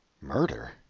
Murder